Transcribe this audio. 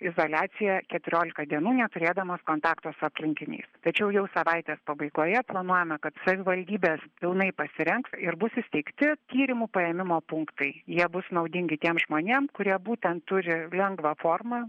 izoliaciją keturiolika dienų neturėdamas kontakto su aplinkiniais tačiau jau savaitės pabaigoje planuojame kad savivaldybės pilnai pasirengs ir bus įsteigti tyrimų paėmimo punktai jie bus naudingi tiem žmonėm kurie būtent turi lengvą formą